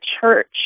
church